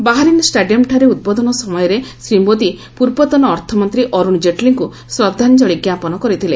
Bahrain stadium ଠାରେ ଉଦ୍ବୋଧନ ସମୟରେ ଶ୍ରୀ ମୋଦି ପୂର୍ବତନ ଅର୍ଥମନ୍ତ୍ରୀ ଅରୁଣ ଜେଟଲୀଙ୍କୁ ଶ୍ରଦ୍ଧାଞ୍ଚଳି ଜ୍ଞାପନ କରିଥିଲେ